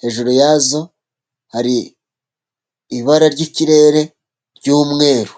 hejuru yazo hari ibara ry'ikirere ry'umweru.